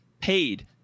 paid